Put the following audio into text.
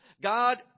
God